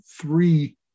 three